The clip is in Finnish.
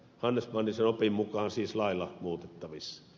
hannes mannisen opin mukaan siis lailla muutettavissa